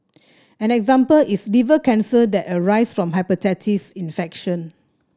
an example is liver cancer that arises from hepatitis infection